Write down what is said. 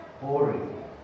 boring